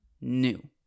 new